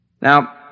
Now